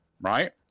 right